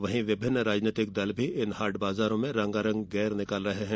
वहीं राजनीतिक दल भी इन हाट बाजारों में रंगारंग गैर निकाल रहे हैं